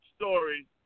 story